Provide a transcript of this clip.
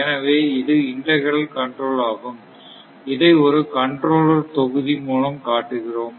எனவே இது integral control ஆகும் இதை ஒரு கண்ட்ரோலர் தொகுதி மூலம் காட்டுகிறோம்